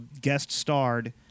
guest-starred